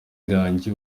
gangi